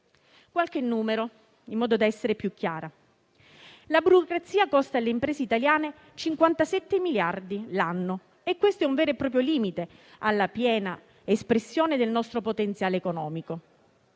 qualche numero in modo da essere più chiara. La burocrazia costa alle imprese italiane 57 miliardi di euro l'anno e questo è un vero e proprio limite alla piena espressione del nostro potenziale economico.